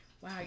wow